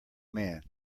man